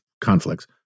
conflicts